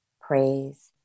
praise